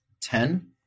Ten